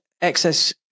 excess